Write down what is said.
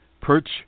perch